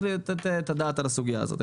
צריך לתת את הדעת על הסוגיה הזאת.